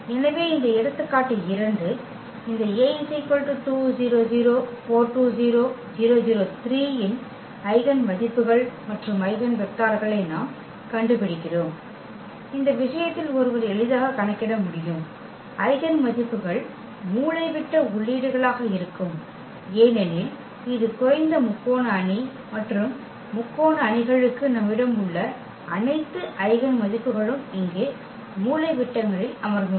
எனவே இந்த எடுத்துக்காட்டு 2 இந்த A இன் ஐகென் மதிப்புகள் மற்றும் ஐகென் வெக்டர்களை நாம் கண்டுபிடிக்கிறோம் இந்த விஷயத்தில் ஒருவர் எளிதாக கணக்கிட முடியும் ஐகென் மதிப்புக்கள் மூலைவிட்ட உள்ளீடுகளாக இருக்கும் ஏனெனில் இது குறைந்த முக்கோண அணி மற்றும் முக்கோண அணிகளுக்கு நம்மிடம் உள்ள அனைத்து ஐகென் மதிப்புக்களும் இங்கே மூலைவிட்டங்களில் அமர்ந்துள்ளன